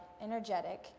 energetic